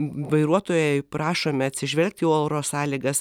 vairuotojai prašome atsižvelgti į oro sąlygas